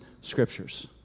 scriptures